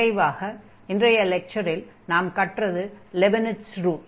நிறைவாக இன்றைய லெக்சரில் நாம் கற்றது லெபினிட்ஸ் ரூல்